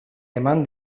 eman